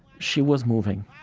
she was moving.